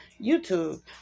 YouTube